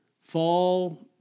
Fall